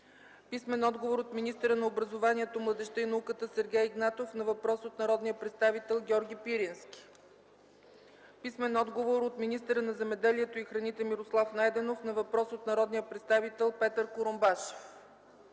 Пирински; - министъра на образованието, младежта и науката Сергей Игнатов на въпрос от народния представител Георги Пирински; - министъра на земеделието и храните Мирослав Найденов на въпрос от народния представител Петър Курумбашев;